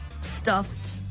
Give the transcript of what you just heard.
stuffed